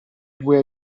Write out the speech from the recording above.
due